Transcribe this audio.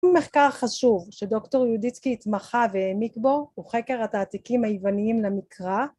מחקר חשוב שדוקטור יהודיצקי התמחה והעמיק בו הוא חקר התעתיקים היווניים למקרא